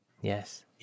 Yes